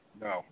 No